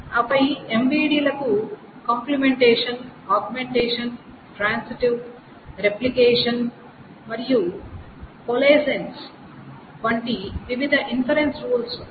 ఆపై MVD లకు complementation augmentation transitive replication మరియు కోలేసేన్స్ వంటి వివిధ ఇన్ఫెరెన్స్ రూల్స్ ఉన్నాయి